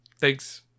thanks